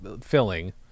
filling